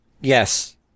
Yes